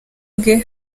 bwe